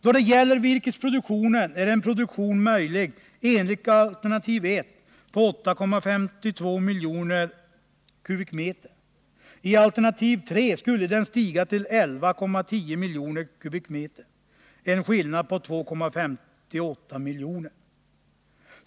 Då det gäller virkesproduktionen är en produktion på 8,52 miljoner kubikmeter möjlig enligt alternativ 1, och den skulle i alternativ 3 stiga till 11,10 miljoner kubikmeter, dvs. en skillnad på 2,58 miljoner kubikmeter.